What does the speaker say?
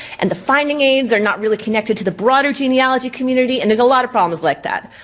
and the finding aids are not really connected to the broader genealogy community and there's a lot of problems like that.